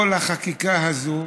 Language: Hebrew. כל החקיקה הזאת